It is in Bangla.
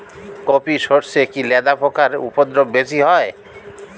কোপ ই সরষে কি লেদা পোকার উপদ্রব বেশি হয়?